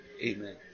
Amen